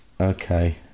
Okay